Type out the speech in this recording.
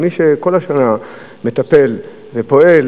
אבל מי שכל השנה מטפל ופועל,